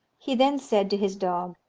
he then said to his dog,